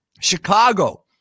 Chicago